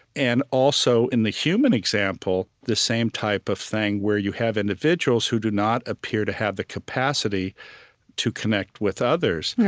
and in the human example, the same type of thing, where you have individuals who do not appear to have the capacity to connect with others right.